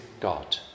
God